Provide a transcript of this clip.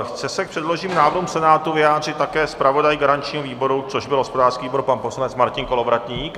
Chce se k předloženým návrhům Senátu vyjádřit také zpravodaj garančního výboru, což byl hospodářský výbor, pan poslanec Martin Kolovratník?